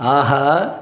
ஆஹா